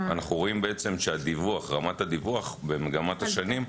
אנחנו רואים שרמת הדיווח במגמת עלייה לאורך השנים.